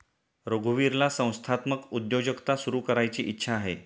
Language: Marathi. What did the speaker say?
रघुवीरला संस्थात्मक उद्योजकता सुरू करायची इच्छा आहे